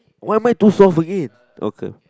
why am I do soft again okay